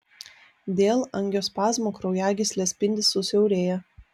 dėl angiospazmo kraujagyslės spindis susiaurėja